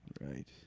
Right